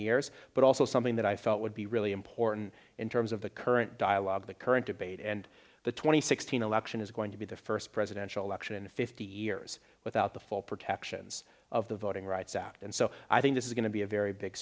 years but also something that i felt would be really important in terms of the current dialogue the current debate and the two thousand and sixteen election is going to be the first presidential election in fifty years without the full protections of the voting rights act and so i think this is going to be a very big